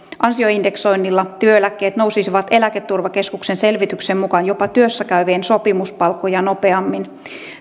ansioindeksoinnilla työeläkkeet nousisivat eläketurvakeskuksen selvityksen mukaan jopa työssä käyvien sopimuspalkkoja nopeammin